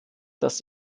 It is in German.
dass